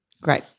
Great